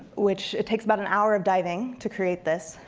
which, it takes about an hour of diving to create this.